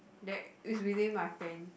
that is within my friend